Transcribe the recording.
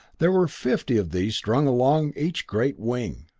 there were fifty of these strung along each great wing.